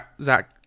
Zach